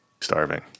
starving